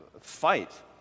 fight